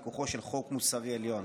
מכוחו של חוק מוסרי עליון.